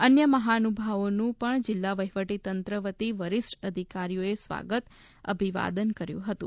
અન્ય મહાનુભાવોનુ પણ જિલ્લા વહીવટી તંત્ર વતી વરિષ્ઠ અધિકારીઓએ સ્વાગત અભિવાદન કર્યું હતુ